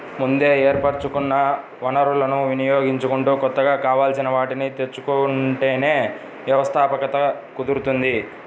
ముందే ఏర్పరచుకున్న వనరులను వినియోగించుకుంటూ కొత్తగా కావాల్సిన వాటిని తెచ్చుకుంటేనే వ్యవస్థాపకత కుదురుతుంది